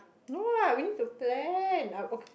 no what we need to plan